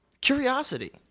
Curiosity